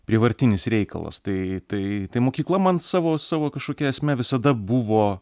prievartinis reikalas tai tai tai mokykla man savo savo kažkokia esme visada buvo